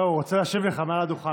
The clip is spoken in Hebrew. לא, הוא רוצה להשיב לך מעל הדוכן.